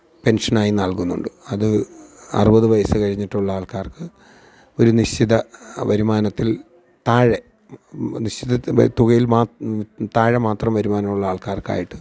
പെന്ഷനായി നല്കുന്നുണ്ട് അത് അറുപത് വയസ്സ് കഴിഞ്ഞിട്ടുള്ള ആള്ക്കാര്ക്ക് ഒരു നിശ്ചിത വരുമാനത്തില് താഴെ നിശ്ചിത തുകയില് താഴെ മാത്രം വരുമാനമുള്ള ആൾക്കാർക്ക് ആയിട്ട്